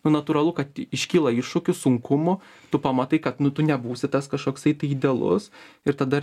natūralu kad iškyla iššūkių sunkumų tu pamatai kad nu tu nebūsi tas kažkoksai tai idealus ir tada